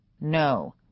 no